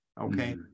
okay